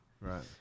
Right